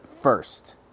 first